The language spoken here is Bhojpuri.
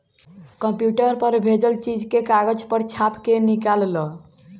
कंप्यूटर पर भेजल चीज के कागज पर छाप के निकाल ल